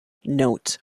note